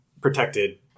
protected